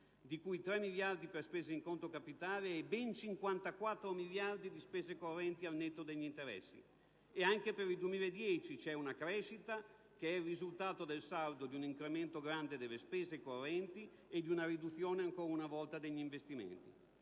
di cui 3 miliardi per spese in conto capitale e ben 54 miliardi di spese correnti al netto degli interessi. E anche per il 2010 c'è una crescita che è il risultato del saldo di un incremento grande delle spese correnti e di una riduzione, ancora una volta, degli investimenti.